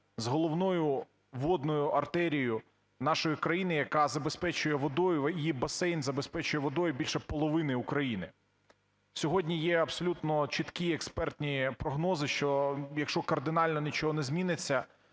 з головною водною артерією нашої країни, яка забезпечує водою, її басейн забезпечує водою більше половини України. Сьогодні є абсолютно чіткі експертні прогнози, що якщо кардинально нічого не зміниться,